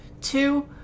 Two